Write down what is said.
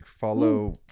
Follow